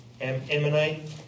Ammonite